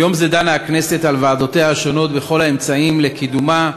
ביום זה דנה הכנסת על ועדותיה השונות בכל האמצעים לקידומה,